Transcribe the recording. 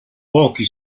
pochi